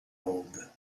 aube